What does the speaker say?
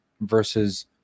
versus